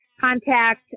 Contact